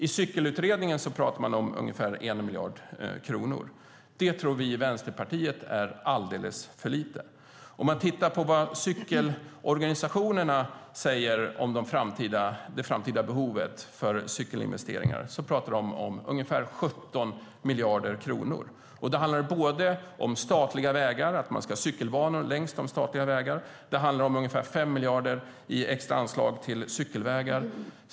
I cykelutredningen pratar man om ungefär 1 miljarder kronor. Det tror vi i Vänsterpartiet är alldeles för lite. Man kan titta på vad cykelorganisationerna säger om det framtida behovet av cykelinvesteringar. De pratar om ungefär 17 miljarder kronor. Då handlar det om att man ska ha cykelbanor längs de statliga vägarna och ungefär 5 miljarder kronor i extra anslag till cykelvägar.